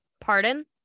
Pardon